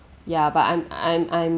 ya but I'm I'm I'm